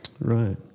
Right